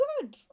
good